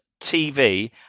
TV